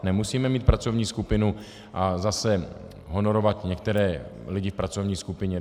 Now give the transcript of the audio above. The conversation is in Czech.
Nemusíme mít pracovní skupinu a zase honorovat některé lidi v pracovní skupině.